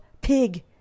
Pig